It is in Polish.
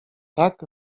tak